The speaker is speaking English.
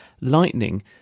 Lightning